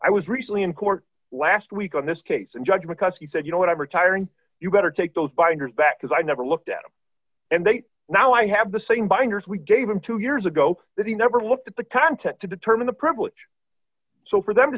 i was recently in court last week on this case and judge mccuskey said you know what i'm retiring you better take those binders back because i never looked at them and they now i have the same binders we gave him two years ago that he never looked at the content to determine the privilege so for them to